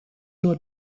nur